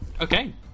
okay